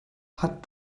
hat